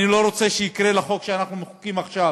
אני לא רוצה שהחוק שאנחנו מחוקקים עכשיו,